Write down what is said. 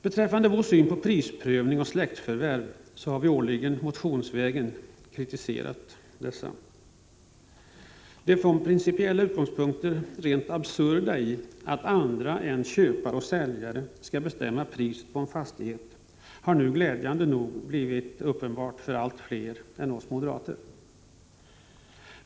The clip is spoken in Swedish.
Beträffande vår syn på prisprövning och släktskapsförvärv kan jag nämna att vi årligen motionsvägen kritiserat dessa. Det från principiella utgångspunkter absurda i att andra än köpare och säljare skall bestämma priset på en fastighet har nu glädjande nog blivit uppenbart för allt fler än oss moderater.